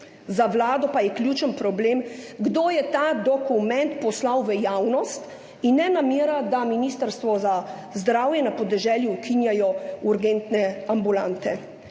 Za vlado pa je ključen problem, kdo je ta dokument poslal v javnost in ne namera, da Ministrstvo za zdravje na podeželju ukinjajo urgentne ambulante.